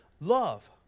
Love